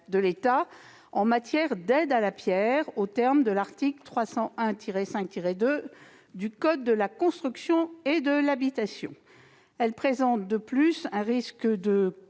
de l'État en matière d'aides à la pierre, aux termes de l'article L. 301-5-2 du code de la construction et de l'habitation. Cette disposition présente de plus un risque de